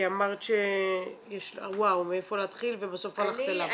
כי אמרת וואו מאיפה להתחיל ובסוף הלכת אליו.